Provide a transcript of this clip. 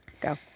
Go